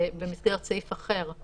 במסגרת סעיף אחר.